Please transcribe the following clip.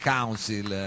Council